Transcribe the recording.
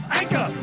anchor